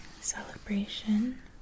celebration